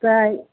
তাই